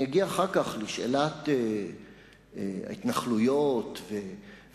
אני אגיע אחר כך לשאלת ההתנחלויות ויהודה